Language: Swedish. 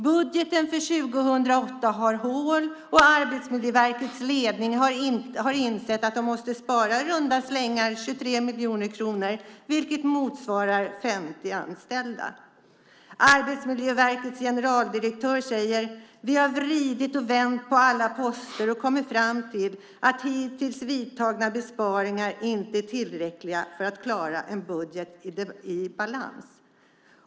Budgeten för 2008 har hål. Arbetsmiljöverkets ledning har insett att man måste spara i runda slängar 23 miljoner kronor. Det motsvarar 50 anställda. Arbetsmiljöverkets generaldirektör säger: Vi har vridit och vänt på alla poster och kommit fram till att hittills vidtagna besparingar inte är tillräckliga för att vi ska klara en budget i balans.